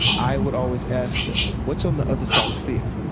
i would always ask them, what's on the other side of fear?